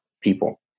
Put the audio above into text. people